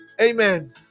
amen